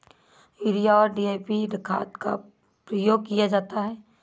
urea और DAP खाद का प्रयोग किया जाता है